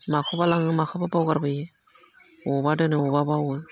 माखौबा लाङो माखौबा बावगारबोयो बबावबा दोनो बबावबा बावो